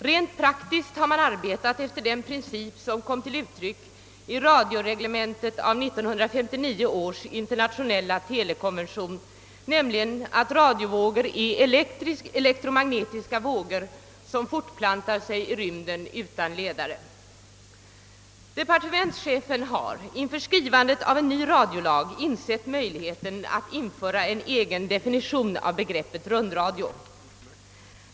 Rent praktiskt har man arbetat efter den princip som kom till uttryck i radioreglementet av 1959 års internationella telekonvention, nämligen att radiovågor är elektromagnetiska vågor som fortplantar sig i rymden utan ledare. Departementschefen har nu inför skrivandet av en ny radiolag insett möjligheten att införa en egen definition av begreppet rundradio.